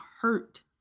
hurt